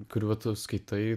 kuriuo tu skaitai